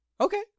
Okay